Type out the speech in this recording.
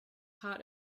part